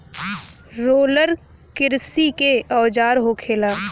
roller किरसी के औजार होखेला